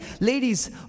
Ladies